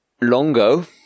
Longo